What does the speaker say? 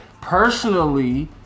personally